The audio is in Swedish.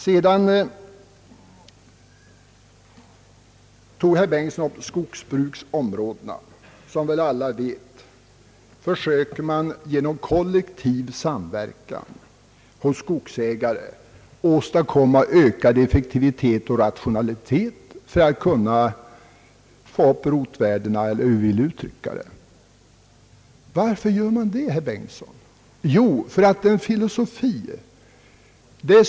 Sedan tog herr Bengtson upp skogsbruksområdena. Som väl alla vet försöker man genom kollektiv samverkan av skogsägare åstadkomma ökad effektivitet och rationalitet för att kunna få upp rotvärdena, eller hur vi nu vill uttrycka det. Varför gör man det, herr Bengtson?